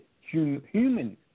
human